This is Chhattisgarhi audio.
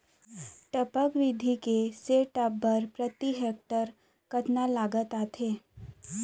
टपक विधि के सेटअप बर प्रति हेक्टेयर कतना लागत आथे?